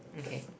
okay